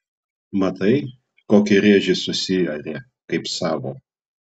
matai kokį rėžį susiarė kaip savo